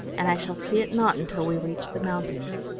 and i shall see it not until we reach the mountains.